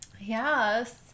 Yes